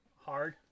hard